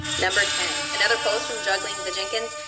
number ten, another post from juggling the jenkins,